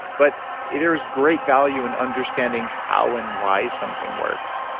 but there's great value in understanding how and why something works,